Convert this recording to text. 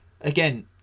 again